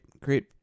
great